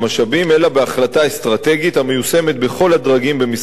אלא בהחלטה אסטרטגית המיושמת בכל הדרגים במשרד הבריאות,